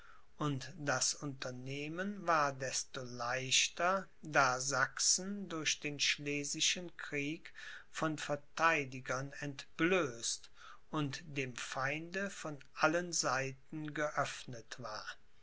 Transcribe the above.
und das unternehmen war desto leichter da sachsen durch den schlesischen krieg von verteidigern entblößt und dem feinde von allen seiten geöffnet war